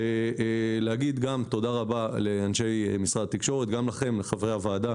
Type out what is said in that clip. ולומר תודה רבה לאנשי משרד התקשורת וגם לכם חברי הוועדה